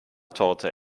torte